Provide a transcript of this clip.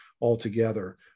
altogether